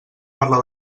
parla